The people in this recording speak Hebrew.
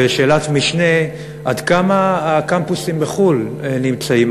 ושאלת משנה: עד כמה הקמפוסים בחו"ל נמצאים